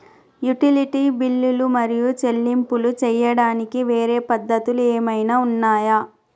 Utility బిల్లులు మరియు చెల్లింపులు చేయడానికి వేరే పద్ధతులు ఏమైనా ఉన్నాయా?